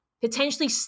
potentially